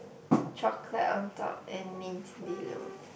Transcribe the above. chocolate on top and mint below